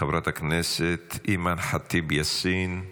חברת הכנסת אימאן ח'טיב יאסין,